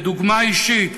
בדוגמה אישית,